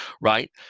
right